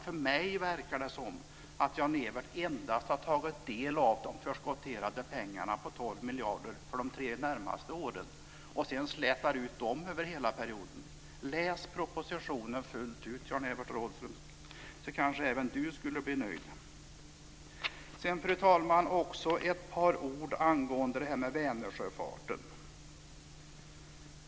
För mig verkar det som om Jan-Evert endast tagit del av de förskotterade pengarna, 12 miljarder för de tre närmaste åren, och sedan slätar ut dem över hela perioden. Läs propositionen fullt ut, Jan-Evert Rådhström! Då kanske även Jan-Evert Rådhström blir nöjd. Sedan, fru talman, vill jag också säga ett par ord angående Vänersjöfarten.